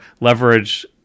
leverage